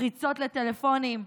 פריצות לטלפונים,